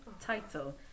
title